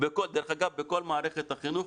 דרך אגב בכל מערכת החינוך,